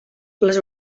les